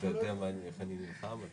שהן בעיקרן מהותיות, על